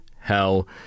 Hell